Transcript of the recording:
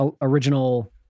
original